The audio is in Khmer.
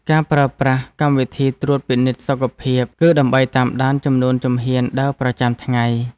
ការប្រើប្រាស់កម្មវិធីត្រួតពិនិត្យសុខភាព គឺដើម្បីតាមដានចំនួនជំហានដើរប្រចាំថ្ងៃ។